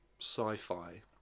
sci-fi